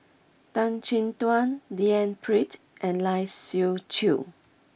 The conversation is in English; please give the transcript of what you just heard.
Tan Chin Tuan D N Pritt and Lai Siu Chiu